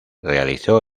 realizó